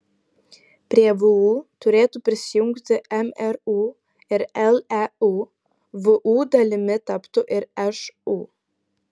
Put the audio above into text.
prie vu turėtų prisijungti mru ir leu vu dalimi taptų ir šu